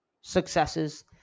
successes